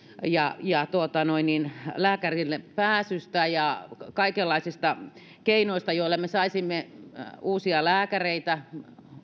ja ja lääkärille pääsystä ja kaikenlaisista keinoista joilla me saisimme uusia lääkäreitä